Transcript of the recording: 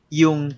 yung